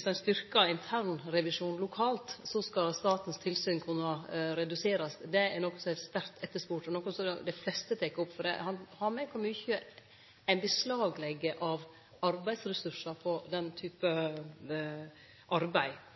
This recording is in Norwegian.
styrkjer internrevisjonen lokalt, vil statens tilsyn kunne reduserast, er noko som er sterkt etterspurd, og noko som dei fleste tek opp. Det handlar om kor mykje ein legg beslag på av ressursar på den typen arbeid.